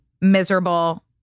miserable